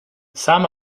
some